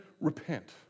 repent